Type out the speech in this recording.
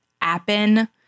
Appen